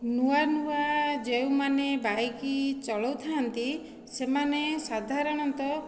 ନୂଆ ନୂଆ ଯେଉଁମାନେ ବାଇକ୍ ଚଲାଉଥାନ୍ତି ସେମାନେ ସାଧାରଣତଃ